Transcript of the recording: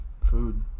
Food